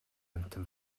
амьтан